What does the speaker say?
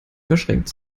verschränkt